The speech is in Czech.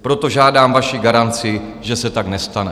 Proto žádám vaši garanci, že se tak nestane.